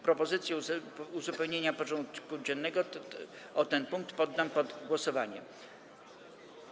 Propozycję uzupełnienia porządku dziennego o ten punkt poddam pod głosowanie.